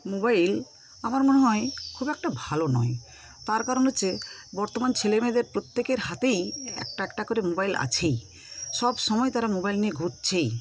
mobile আমার মনে হয় খুব একটা ভালো নয় তার কারণ হচ্ছে বর্তমান ছেলেমেয়েদের প্রত্যেকের হাতেই একটা একটা করে মোবাইল আছেই সবসময়ে তারা মোবাইল নিয়ে ঘুরছেই